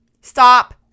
Stop